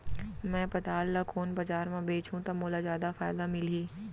मैं पताल ल कोन बजार म बेचहुँ त मोला जादा फायदा मिलही?